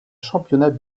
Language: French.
championnat